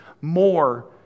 more